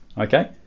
okay